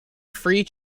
free